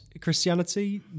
Christianity